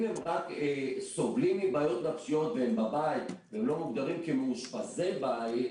אם הם רק סובלים מבעיות נפשיות והם בבית ולא מוגדרים כמאושפזי בית,